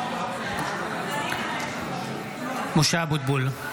משה אבוטבול,